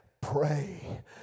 Pray